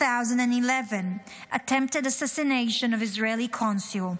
2011, Attempted assassination of Israeli Consul,